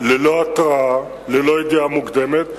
ללא התראה, ללא ידיעה מוקדמת.